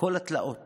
כל התלאות